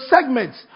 segments